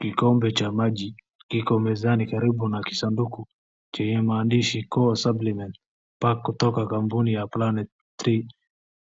Kikombe cha maji kiko mezani karibu na kisanduku chenye maandishi Core Supplement Pack kutoka kampuni ya Planet Three .